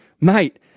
mate